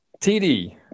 td